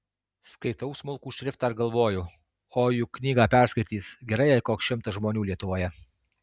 skaitau smulkų šriftą ir galvoju o juk knygą perskaitys gerai jei koks šimtas žmonių lietuvoje